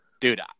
Dude